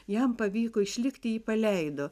jam pavyko išlikti jį paleido